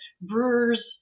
brewers